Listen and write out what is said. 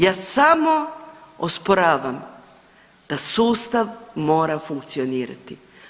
Ja samo osporavam da sustav mora funkcionirati.